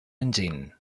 engine